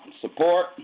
support